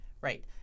Right